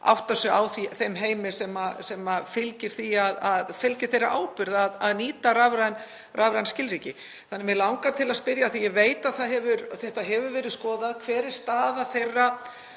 átta sig á þeim heimi sem fylgir því að nýta rafræn skilríki. Þannig að mig langar til að spyrja, af því ég veit að þetta hefur verið skoðað: Hver er staða þessara